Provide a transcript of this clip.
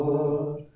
Lord